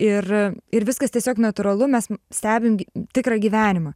ir ir viskas tiesiog natūralu mes stebim tikrą gyvenimą